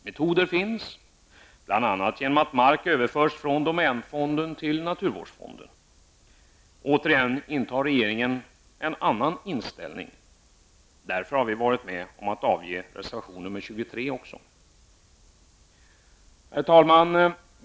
Metoder finns -- bl.a. genom att mark överförs från domänfonden till naturvårdsfonden. Återigen intar regeringen en annan inställning. Därför har vi varit med om att avge reservation 23. Herr talman!